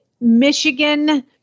Michigan